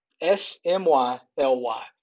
S-M-Y-L-Y